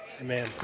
amen